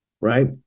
right